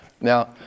Now